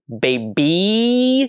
baby